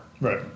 right